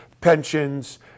pensions